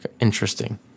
interesting